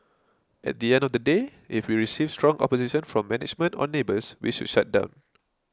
at the end of the day if we received strong opposition from management or neighbours we should shut down